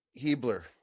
hebler